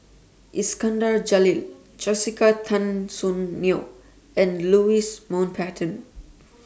Iskandar Jalil Jessica Tan Soon Neo and Louis Mountbatten